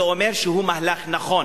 זה אומר שהוא מהלך נכון,